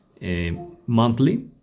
monthly